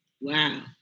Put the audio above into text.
Wow